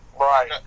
Right